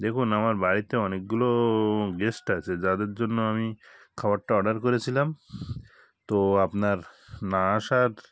দেখুন আমার বাড়িতে অনেকগুলো গেস্ট আছে যাদের জন্য আমি খাবারটা অর্ডার করেছিলাম তো আপনার না আসার